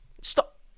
Stop